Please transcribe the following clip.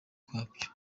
kwabyo